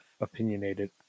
opinionated